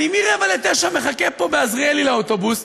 אני מ-20:45 מחכה פה ב"עזריאלי" לאוטובוס,